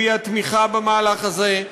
הביע תמיכה במהלך הזה.